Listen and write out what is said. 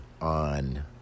on